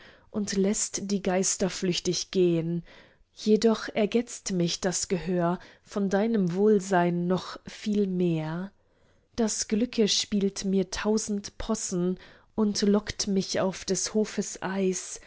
und läßt die geister flüchtig gehn jedoch ergetzt mich das gehör von deinem wohlsein noch viel mehr das glücke spielt mir tausend possen und lockt mich auf des hofes eis